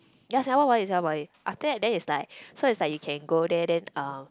ya Singapore Poly Singapore Poly after that then it's like so it's like you can go there then uh